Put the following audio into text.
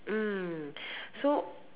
mm so